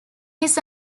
his